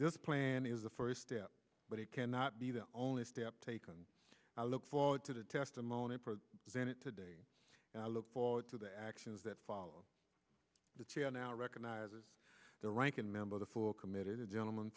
this planning is the first step but it cannot be the only step taken i look forward to the testimony of the senate today and i look forward to the actions that follow the chair now recognizes the ranking member the four committed gentleman